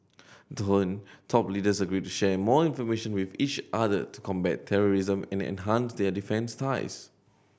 then top leaders agreed to share more information with each other to combat terrorism and enhance their defence ties